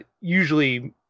usually